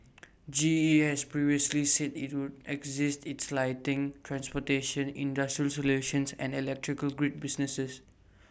G E has previously said IT would exit its lighting transportation industrial solutions and electrical grid businesses